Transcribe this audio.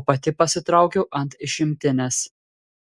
o pati pasitraukiu ant išimtinės